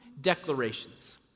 declarations